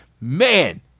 Man